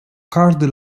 każdy